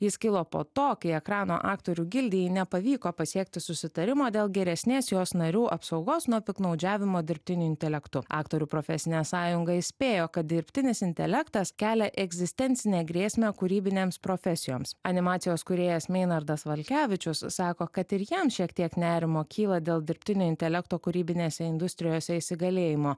jis kilo po to kai ekrano aktorių gildijai nepavyko pasiekti susitarimo dėl geresnės jos narių apsaugos nuo piktnaudžiavimo dirbtiniu intelektu aktorių profesinė sąjunga įspėjo kad dirbtinis intelektas kelia egzistencinę grėsmę kūrybinėms profesijoms animacijos kūrėjas meinardas valiukevičius sako kad ir jam šiek tiek nerimo kyla dėl dirbtinio intelekto kūrybinėse industrijose įsigalėjimo